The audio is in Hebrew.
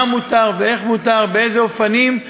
מה מותר ואיך מותר ובאילו אופנים.